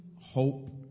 hope